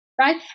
right